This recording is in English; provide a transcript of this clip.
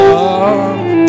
love